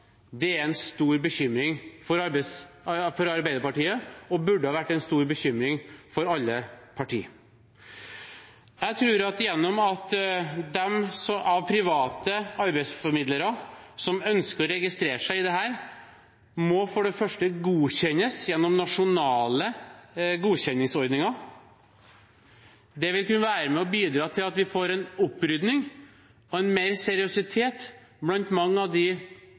er en stor bekymring for Arbeiderpartiet, og det burde ha vært en stor bekymring for alle partier. Jeg tror at det at de private arbeidsformidlerne som ønsker å registrere seg i dette, for det første må godkjennes gjennom nasjonale godkjenningsordninger, vil kunne være med og bidra til at vi får en opprydning og mer seriøsitet blant mange av de